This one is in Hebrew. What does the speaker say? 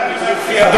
על זה אומרים: הפוסל,